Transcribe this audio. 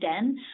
Den